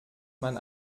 man